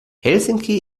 helsinki